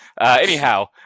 Anyhow